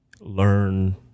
learn